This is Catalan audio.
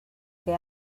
què